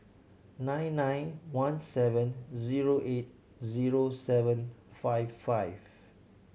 nine nine one seven zero eight zero seven five five